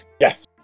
Yes